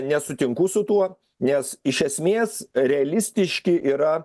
nesutinku su tuo nes iš esmės realistiški yra